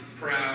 proud